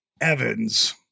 Evans